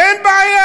אין בעיה,